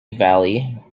valley